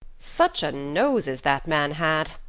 such a nose as that man had!